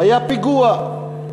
היה פיגוע.